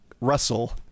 Russell